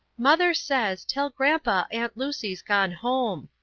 mother says, tell grandpa aunt lucy's gone home.